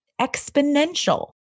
exponential